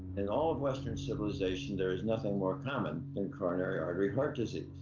in all of western civilization, there is nothing more common than coronary artery heart disease,